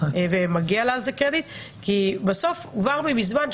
מגיע לה על כך קרדיט כי בסוף כבר מזמן,